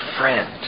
Friend